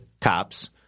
cops